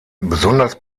besonders